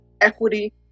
equity